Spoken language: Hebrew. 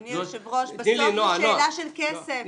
אדוני היושב ראש, בסוף זו שאלה של כסף.